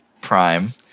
Prime